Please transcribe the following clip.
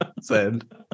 Send